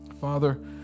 Father